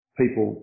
people